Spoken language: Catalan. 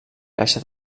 caixa